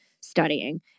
studying